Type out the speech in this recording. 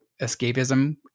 escapism